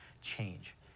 change